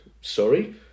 Sorry